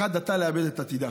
אחת דתה, לאבד את עתידה.